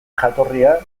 jatorria